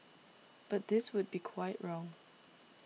but this would be quite wrong